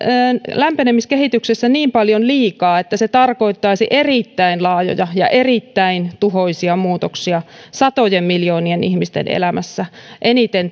lämpenemiskehityksessä niin paljon liikaa että se tarkoittaisi erittäin laajoja ja erittäin tuhoisia muutoksia satojen miljoonien ihmisten elämässä eniten